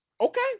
okay